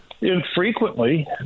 infrequently